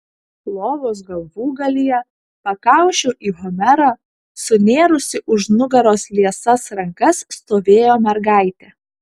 lovos galvūgalyje pakaušiu į homerą sunėrusi už nugaros liesas rankas stovėjo mergaitė